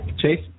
Chase